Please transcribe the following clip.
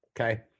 okay